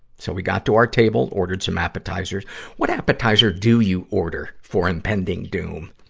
so we got to our table, ordered some appetizers what appetizer do you order for impending doom?